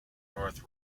north